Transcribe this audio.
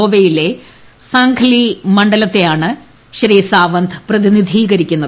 ഗോവയിലെ സംഖാലിം മണ്ഡലത്തെയാണ് സാവന്ത് പ്രതിനിധീകരിക്കുന്നത്